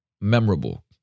memorable